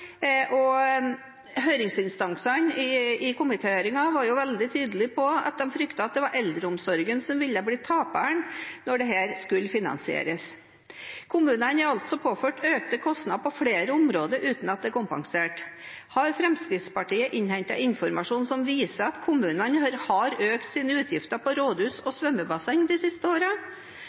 år. Høringsinstansene i komitéhøringen var veldig tydelig på at de fryktet at det var eldreomsorgen som ville bli taperen når dette skulle finansieres. Kommunene er altså påført økte kostnader på flere områder uten at det er kompensert. Har Fremskrittspartiet innhentet informasjon som viser at kommunene har økt sine utgifter til rådhus og svømmebasseng de siste